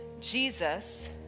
Jesus